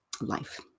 life